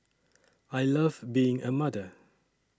I love being a mother